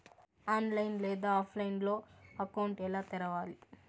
online లేదా ఆఫ్లైన్లో account ఎలా తెరవాలి